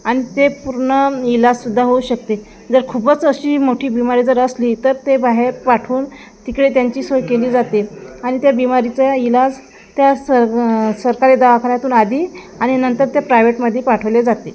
आणि ते पूर्ण इलाज सुद्धा होऊ शकते जर खूपच अशी मोठी बिमारी जर असली तर ते बाहेर पाठवून तिकडे त्यांची सोय केली जाते आणि त्या बिमारीचा इलाज त्या सर सरकारी दवाखान्यातून आधी आणि नंतर ते प्रायवेटमध्ये पाठवले जाते